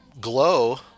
GLOW